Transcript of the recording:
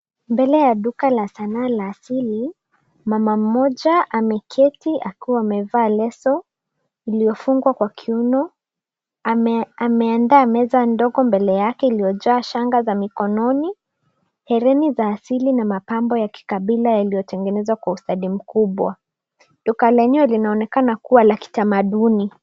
Mbele ya duka la sanaa la asili, mama moja ameketi akiwa amevaa leso lililofungwa kwa kiuno. Ameandaa meza ndogo mbele yake iliojaaa shangaa shanga za mikononi, hereni za asili na mapambo ya kikabila yaliyotengenezwa kwa ustadi mkubwa. Duka lenyewe linaonekana kuwa la kitamaduni.